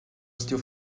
still